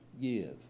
give